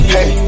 Hey